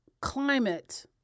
climate